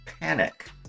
PANIC